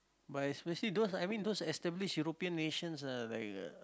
but especially those I mean those established European nations are very uh